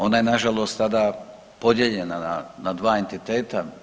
Ona je nažalost tada podijeljena na, na dva entiteta.